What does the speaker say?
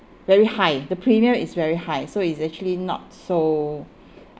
very high the premium is very high so it's actually not so